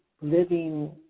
living